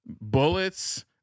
bullets